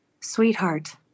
sweetheart